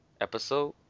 episode